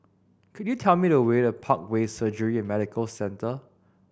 could you tell me the way to Parkway Surgery and Medical Centre